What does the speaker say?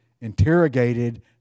interrogated